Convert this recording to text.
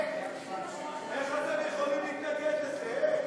איך אתם יכולים להתנגד לזה?